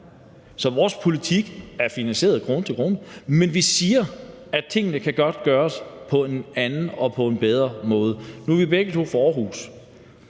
Vores politik er finansieret krone til krone, men vi siger, at tingene godt kan gøres på en anden og på en bedre måde. Nu er vi begge to fra